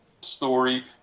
story